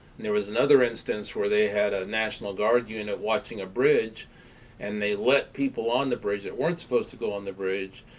there was another instance where they had a national guard unit watching a bridge and they let people on the bridge that weren't supposed to go on the bridge.